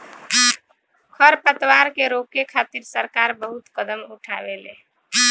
खर पतवार के रोके खातिर सरकार बहुत कदम उठावेले